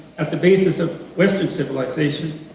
at the basis of western civilization,